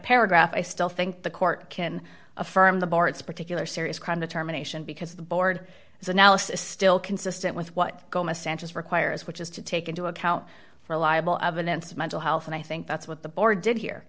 paragraph i still think the court can affirm the bar its particular serious crime determination because the board is analysis still consistent with what a centrist requires which is to take into account for liable evidence of mental health and i think that's what the board did here